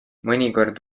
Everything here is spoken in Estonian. mõnikord